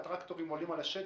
הטרקטורים עולים על השטח?